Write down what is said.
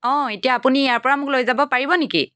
অঁ এতিয়া আপুনি ইয়াৰ পৰা মোক লৈ যাব পাৰিব নেকি